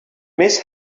miss